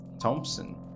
Thompson